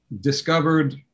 discovered